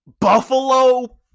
Buffalo